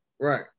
Right